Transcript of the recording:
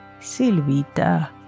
Silvita